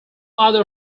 other